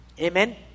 Amen